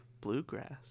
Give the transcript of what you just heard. bluegrass